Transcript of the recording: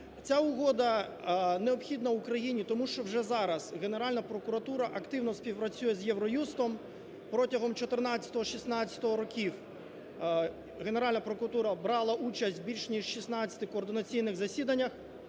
Ця угода необхідна Україні, тому що вже зараз Генеральна прокуратура активно співпрацює з Євроюстом. Протягом 14-16 років Генеральна прокуратура брала участь більш ніж в 16 координаційних засіданнях